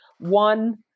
One